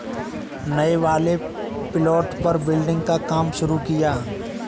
नए वाले प्लॉट पर बिल्डिंग का काम शुरू किया है